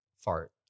fart